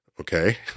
okay